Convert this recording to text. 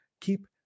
keep